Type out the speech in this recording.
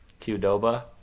Qdoba